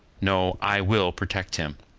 no, i will protect him.